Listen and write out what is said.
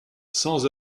sans